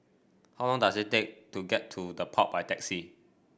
how long does it take to get to The Pod by taxi